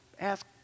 ask